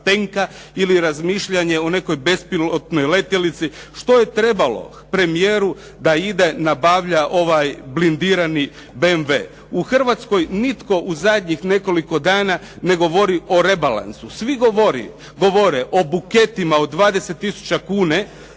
ili razmišljanje o nekoj bespilotnoj letjelici? Što je trebalo premijeru da nabavlja blindirani BMW? U Hrvatskoj nitko u zadnjih nekoliko dana ne govori o rebalansu. Svi govore o buketima, o 20 tisuća